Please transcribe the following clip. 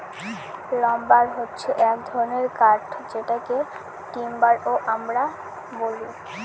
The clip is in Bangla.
লাম্বার হছে এক ধরনের কাঠ যেটাকে টিম্বার ও আমরা বলি